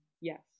yes